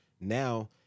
Now